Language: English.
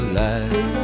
life